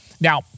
Now